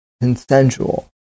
consensual